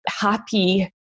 happy